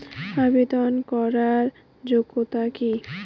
আবেদন করার যোগ্যতা কি?